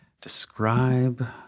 Describe